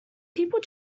people